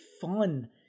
fun